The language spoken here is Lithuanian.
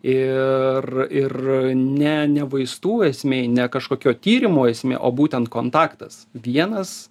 ir ir ne ne vaistų esmė ne kažkokio tyrimo esmė o būtent kontaktas vienas